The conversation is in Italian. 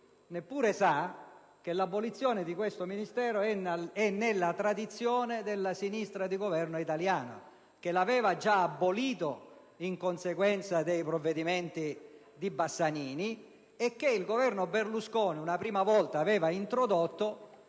neppure sa che l'abolizione di questo Ministero è nella tradizione della sinistra di governo italiana, che l'aveva già abolito in conseguenza dei provvedimenti di riorganizzazione Bassanini e che il Governo Berlusconi una prima volta lo aveva reintrodotto